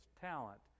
talent